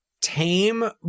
tame